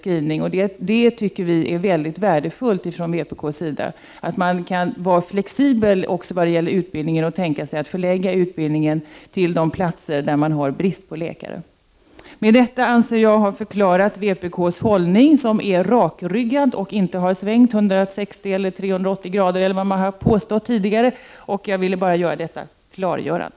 Från vpk:s sida tycker vi att det är värdefullt att man kan vara flexibel i fråga om utbildningen och tänka sig att förlägga den till de platser där det råder brist på läkare. Med detta har jag, anser jag, förklarat vpk:s hållning, som är rakryggad och inte har svängt 180 eller 360 grader eller vad det nu är man tidigare har påstått. Jag ville bara göra detta klarläggande.